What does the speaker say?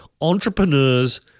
Entrepreneurs